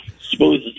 smooth